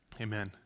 Amen